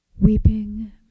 Weeping